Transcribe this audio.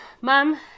Mom